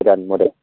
Godan model